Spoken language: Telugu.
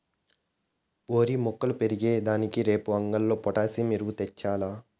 ఓరి మొక్కలు పెరిగే దానికి రేపు అంగట్లో పొటాసియం ఎరువు తెచ్చాల్ల